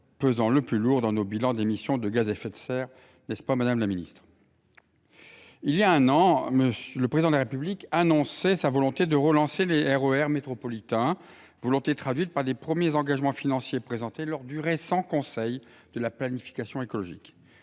pesant le plus lourd dans nos bilans d’émission de gaz à effet de serre. Voilà un an, le Président de la République annonçait sa volonté de relancer les RER métropolitains, volonté traduite par les premiers engagements financiers présentés lors du récent Conseil de la planification écologique.